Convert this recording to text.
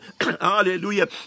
Hallelujah